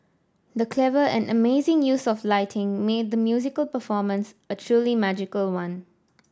the clever and amazing use of lighting made the musical performance a truly magical one